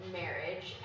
marriage